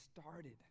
started